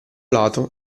lato